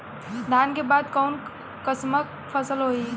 धान के बाद कऊन कसमक फसल होई?